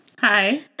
Hi